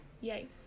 Yay